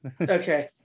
Okay